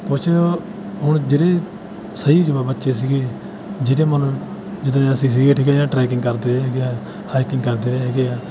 ਕੁਛ ਹੁਣ ਜਿਹੜੇ ਸਹੀ ਜਵਾਨ ਬੱਚੇ ਸੀਗੇ ਜਿਹੜੇ ਮਤਲਬ ਜਿੱਦਾਂ ਅਸੀਂ ਸੀਗੇ ਠੀਕ ਹੈ ਜਿਹੜੇ ਟਰੈਕਿੰਗ ਕਰਦੇ ਹੈਗੇ ਆ ਹਾਈਕਿੰਗ ਕਰਦੇ ਹੈਗੇ ਆ